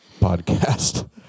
podcast